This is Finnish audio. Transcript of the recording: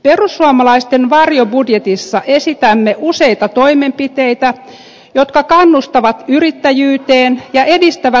perussuomalaisten varjobudjetissa esitämme useita toimenpiteitä jotka kannustavat yrittäjyyteen ja edistävät talouskasvua